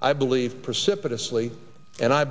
i believe precipitous lee and i